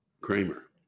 Kramer